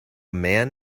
man